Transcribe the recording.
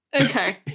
Okay